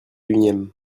unième